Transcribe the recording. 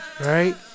right